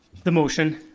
the motion.